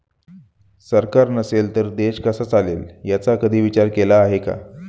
सरकार नसेल तर देश कसा चालेल याचा कधी विचार केला आहे का?